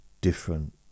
different